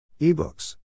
Ebooks